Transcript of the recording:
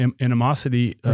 animosity